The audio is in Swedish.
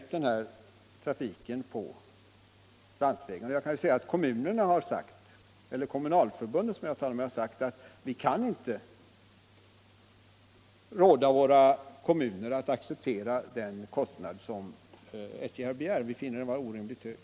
Företrädare för Kommunalförbundet, som jag har talat med, har sagt att de inte kan råda sina kommuner att acceptera den kostnad som SJ begär —- de finner den orimligt hög.